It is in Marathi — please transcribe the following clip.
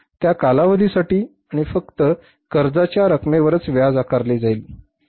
फक्त त्या कालावधीसाठी आणि फक्त कर्जाच्या रकमेवरच व्याज आकारले जाईल